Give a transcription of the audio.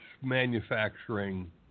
manufacturing